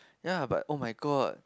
ya but oh my god